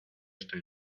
estoy